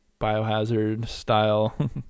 biohazard-style